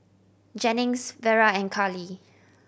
Jennings Vera and Carly